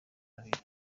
babiri